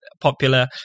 popular